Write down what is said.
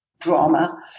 drama